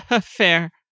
Fair